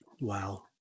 WoW